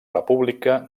república